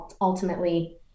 ultimately